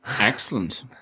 Excellent